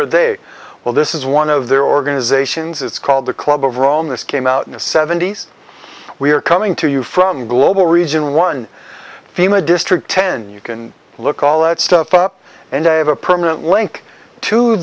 are they well this is one of their organizations it's called the club of rome this came out in the seventy's we are coming to you from global region one fema district ten you can look all that stuff up and i have a permanent link to